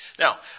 Now